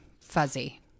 fuzzy